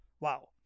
Wow